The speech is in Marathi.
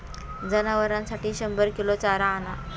जनावरांसाठी शंभर किलो चारा आणा